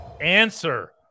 Answer